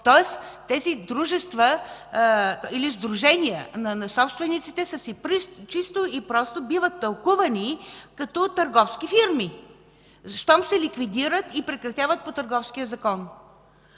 Тоест тези сдружения на собствениците чисто и просто биват тълкувани като търговски фирми, щом се ликвидират и прекратяват по Търговския закон.